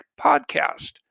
podcast